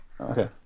okay